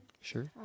Sure